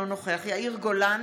אינו נוכח יאיר גולן,